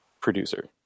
producer